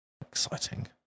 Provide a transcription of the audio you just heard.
Exciting